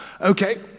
Okay